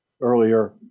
earlier